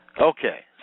Okay